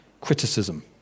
criticism